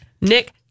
Nick